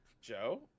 Joe